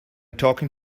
talking